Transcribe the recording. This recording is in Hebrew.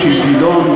זאת הצעה לסדר-היום.